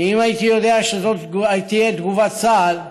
אם הייתי יודע שזו תהיה תגובת צה"ל,